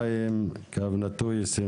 פ/1492/24